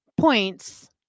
points